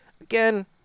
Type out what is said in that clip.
again